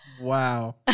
Wow